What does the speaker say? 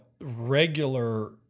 regular